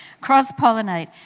cross-pollinate